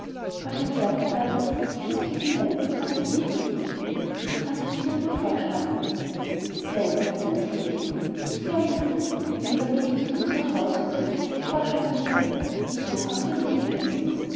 er fertig war setzte sich hühnchen hinein und sagte zum hähnchen du kannst dich nur immer vorspannen nein sagte das hähnchen das wäre mir recht lieber geh ich zu fuß nach haus als daß ich mich vorspannen lasse so haben wir nicht gewettet